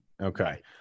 Okay